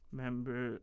member